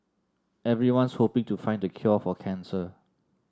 everyone's hoping to find the cure for cancer